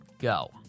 Go